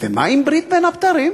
מה עם ברית בין הבתרים?